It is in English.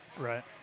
Right